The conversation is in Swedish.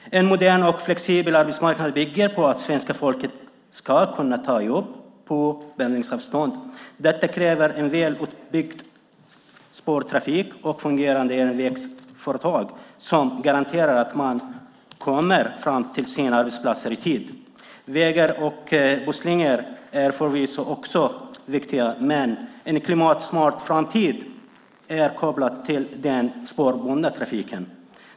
En modern och flexibel arbetsmarknad bygger på att svenska folket ska kunna ta jobb på pendlingsavstånd. Detta kräver en väl utbyggd spårtrafik och fungerande järnvägsföretag som garanterar att man kommer fram till sina arbetsplatser i tid. Vägar och busslinjer är förvisso också viktiga, men en klimatsmart framtid är kopplad till den spårbundna trafiken.